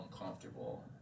uncomfortable